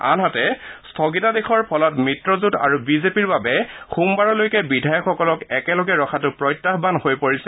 আনহাতে স্থগিতাদেশৰ ফলত মিত্ৰজোঁট আৰু বিজেপিৰ বাবে সোমবাৰলৈকে বিধায়কসকলক একেলগে ৰখাতো প্ৰত্যাহান হৈ পৰিছে